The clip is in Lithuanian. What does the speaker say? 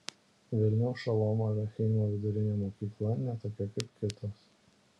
vilniaus šolomo aleichemo vidurinė mokykla ne tokia kaip kitos